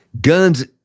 Guns